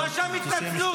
הוא כתב התנצלות.